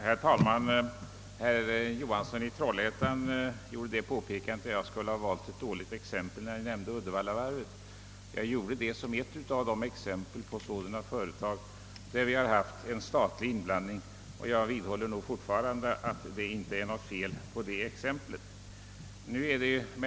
Herr talman! Herr Johansson i Trollhättan påstod att jag skulle ha valt ett dåligt exempel då jag nämnde Uddevallavarvet. Jag nämnde det som ett exempel på företag där en statlig inblandning förekommit, och jag vidhåller att det inte är något fel på det exemplet.